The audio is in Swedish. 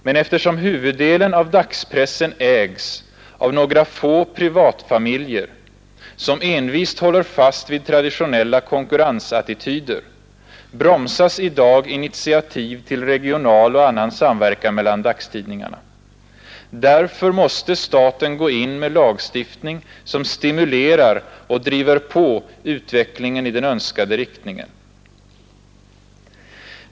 Men eftersom huvuddelen av dagspressen ägs av några få privatfamiljer, som envist håller fast vid traditionella konkurrensattityder, bromsas i dag initiativet till regional och annan samverkan mellan dagstidningarna. Därför måste staten gå in med en lagstiftning som stimulerar och driver på utvecklingen i den önskade riktningen.